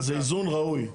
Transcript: זה איזון ראוי.